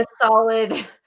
solid